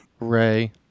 Ray